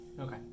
Okay